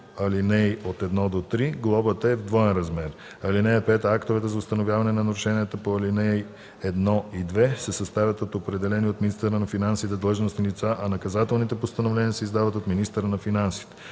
ал. 1-3 глобата е в двоен размер. (5) Актовете за установяване на нарушенията по ал. 1 и 2 се съставят от определени от министъра на финансите длъжностни лица, а наказателните постановления се издават от министъра на финансите.